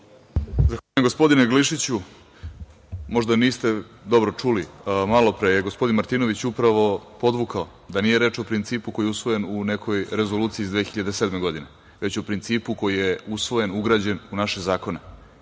Zahvaljujem, gospodine Glišiću. Možda niste dobro čuli, malopre je gospodin Martinović upravo podvukao da nije reč o principu koji je usvojen u nekoj rezoluciji iz 2007. godine, već o principu koji je usvojen, ugrađen u naše zakone,